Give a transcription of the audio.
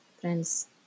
friends